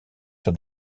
sur